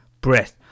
breath